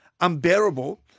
unbearable